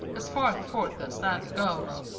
as far forth as that goes.